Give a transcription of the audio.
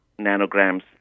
nanograms